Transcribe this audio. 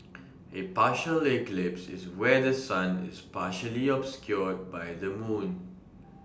A partial eclipse is where The Sun is partially obscured by the moon